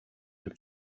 του